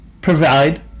provide